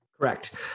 Correct